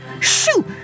Shoo